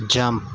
jump